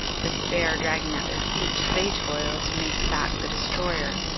despair dragging at their feet, they toil to make fat the destroyer.